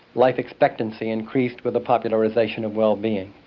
life expectancy increased with the popularisation of well-being.